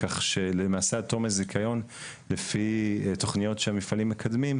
כך שלמעשה עד תום הזיכיון לפי תוכניות שהמפעלים מקדמים,